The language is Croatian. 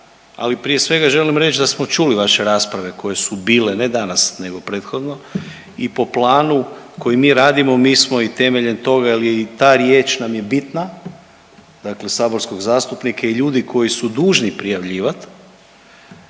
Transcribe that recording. ali prije svega želim reći da smo čuli vaše rasprave koje su bile ne danas nego prethodno i po planu koji mi radimo mi smo i temeljem toga, jer i ta riječ nam je bitna, dakle saborskog zastupnika i ljudi koji su dužni prijavljivati